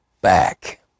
back